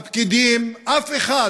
הפקידים, אף אחד